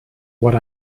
what